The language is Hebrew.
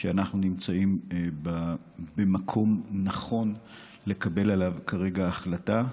שאנחנו נמצאים במקום נכון לקבל עליו כרגע החלטה.